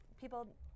people